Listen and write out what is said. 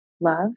love